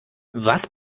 was